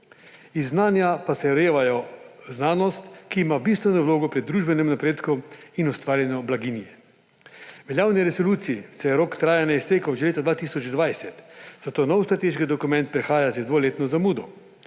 iz znanja pa se rojeva znanost, ki ima bistveno vlogo pri družbenem napredku in ustvarjanju blaginje. Veljavni resoluciji se je rok trajanja iztekel že leta 2020, zato nov strateški dokument prihaja z dvoletno zamudo.